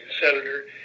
senator